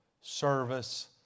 service